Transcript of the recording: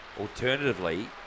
Alternatively